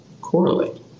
correlate